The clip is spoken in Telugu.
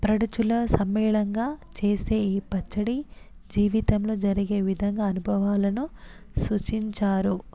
ప్రడుచుల సమ్మేళనంగా చేసే ఈ పచ్చడి జీవితంలో జరిగే విధంగా అనుభవాలను సూచించారు